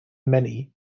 many